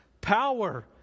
power